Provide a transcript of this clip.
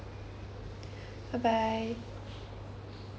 bye bye